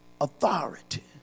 authority